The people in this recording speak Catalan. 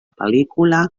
pel·lícula